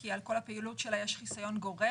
כי על כל הפעילות שלה יש חיסיון גורף,